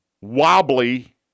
wobbly